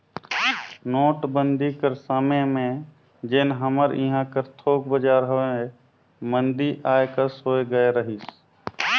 नोटबंदी कर समे में जेन हमर इहां कर थोक बजार हवे मंदी आए कस होए गए रहिस